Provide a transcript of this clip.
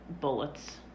bullets